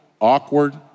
awkward